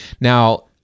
Now